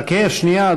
חכה שנייה,